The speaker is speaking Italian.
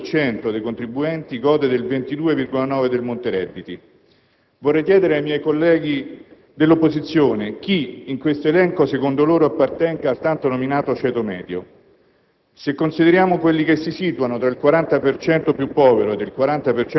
per cento sotto i 40.000 euro. Il 5,1 per cento dei contribuenti gode del 22,9 per cento del monte redditi. Vorrei chiedere ai colleghi dell'opposizione chi in questo elenco secondo loro appartenga al tanto nominato ceto medio.